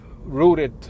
rooted